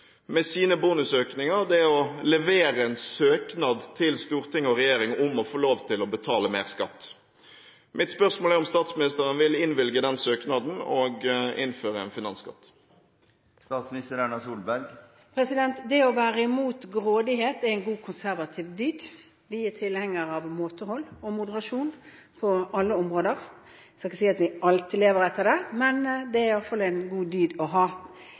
med sine bonusøkninger, er å levere en søknad til storting og regjering om å få lov til å betale mer skatt. Mitt spørsmål er om statsministeren vil innvilge den søknaden og innføre en finansskatt. Det å være imot grådighet er en god konservativ dyd. Vi er tilhengere av måtehold og moderasjon på alle områder. Jeg skal ikke si at vi alltid lever etter det, men det er iallfall en god dyd å ha.